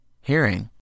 hearing